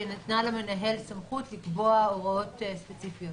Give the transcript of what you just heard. שניתנה למנהל סמכות לקבוע הוראות ספציפיות.